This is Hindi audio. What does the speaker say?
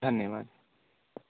धन्यवाद